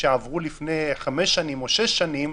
שעברו לפני חמש שנים או שש שנים,